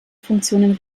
funktionen